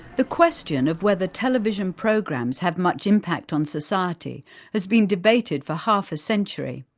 the question of whether television programs have much impact on society has been debated for half a century.